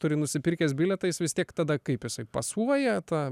turi nusipirkęs bilietą jis vis tiek tada kaip jisai pasuoja tą